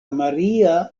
maria